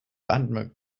landmark